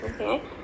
Okay